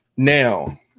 Now